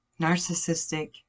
narcissistic